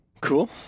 cool